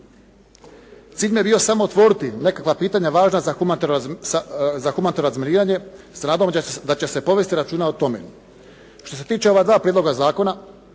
Cilj nam je bio samo otvoriti nekakva pitanja važna za humanitarno razminiranje s nadom da će se povesti računa o tome. Što se tiče ova dva prijedloga zakona,